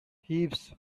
heaps